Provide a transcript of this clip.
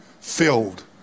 filled